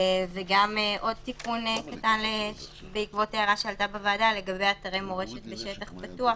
וגם עוד תיקון קטן בעקבות הערה שעלתה בוועדה לגבי אתרי מורשת בשטח פתוח,